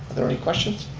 there any questions?